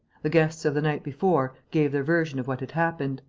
the guests of the night before gave their version of what had happened,